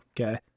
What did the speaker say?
Okay